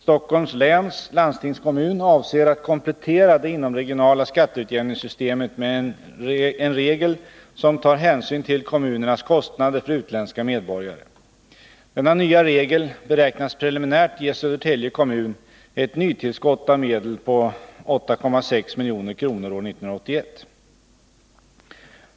Stockholms läns landstingskommun avser att komplettera det inomregionala skatteutjämningssystemet med en regel som tar hänsyn till kommunernas kostnader för utländska medborgare. Denna nya regel beräknas preliminärt ge Södertälje kommun ett nytillskott av medel på 8,6 milj.kr. år 1981.